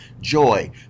joy